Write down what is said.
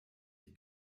die